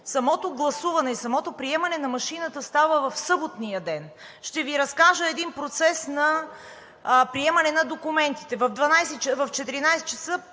самото гласуване и самото приемане на машината става в съботния ден. Ще Ви разкажа един процес на приемане на документите. В 14,00